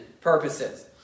purposes